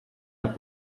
are